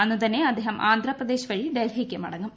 അന്നുതന്നെ അദ്ദേഹം ആന്ധ്രാപ്രദേശ് വഴി ഡൽഹിക്ക് മടങ്ങും